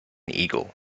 eagle